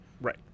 Right